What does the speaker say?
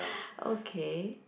okay